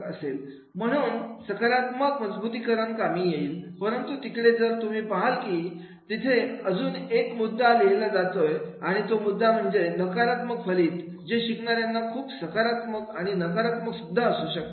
आणि म्हणून सकरात्मक मजबुतीकरण कामी येईल परंतु तिकडे जर तुम्ही पहाल की तिथे अजून एक मुद्दा लिहीला जातोय आणि तो मुद्दा म्हणजे नकारात्मक फलित जे शिकणाऱ्यांना खूप सकारात्मक आणि नकारात्मक सुद्धा असू शकतं